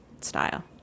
style